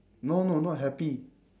no no not happy